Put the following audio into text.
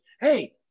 Hey